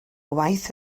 waith